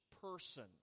person